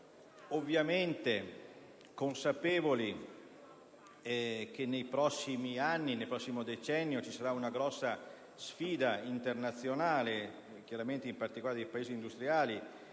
ovviamente consapevoli che nei prossimi anni, nel prossimo decennio, vi sarà una grande sfida internazionale, in particolare dei Paesi industriali,